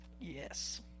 Yes